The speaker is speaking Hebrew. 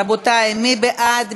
רבותי, מי בעד?